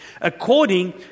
According